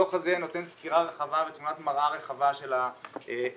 הדוח הזה נותן סקירה רחבה ותמונת מראה רחבה של היעדר